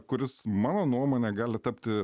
kuris mano nuomone gali tapti